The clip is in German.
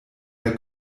der